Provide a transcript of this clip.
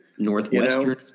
Northwestern